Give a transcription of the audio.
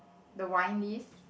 the wine lees